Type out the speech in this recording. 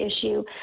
issue